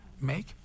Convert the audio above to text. make